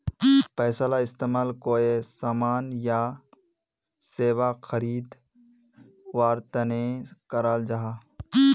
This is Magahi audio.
पैसाला इस्तेमाल कोए सामान या सेवा खरीद वार तने कराल जहा